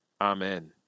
Amen